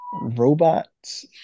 robots